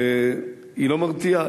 שהיא לא מרתיעה.